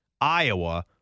Iowa